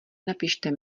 napište